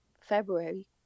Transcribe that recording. February